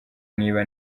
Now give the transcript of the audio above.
niba